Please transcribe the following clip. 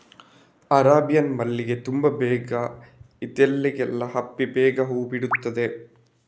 Arabian ಮಲ್ಲಿಗೆ ತುಂಬಾ ಬೇಗ ಇದ್ದಲ್ಲಿಗೆಲ್ಲ ಹಬ್ಬಿ ಬೇಗ ಹೂ ಬಿಡ್ತದೆ